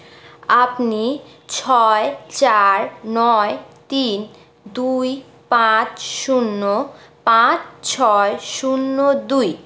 আপনি ছয় চার নয় তিন দুই পাঁচ শূন্য পাঁচ ছয় শূন্য দুই